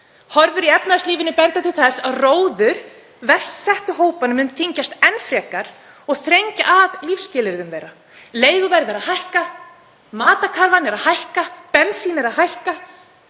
Horfur í efnahagslífinu benda til þess að róður verst settu hópanna muni þyngjast enn frekar og þrengja að lífsskilyrðum þeirra. Leiguverð er að hækka, matarkarfan er að hækka, bensín er að hækka.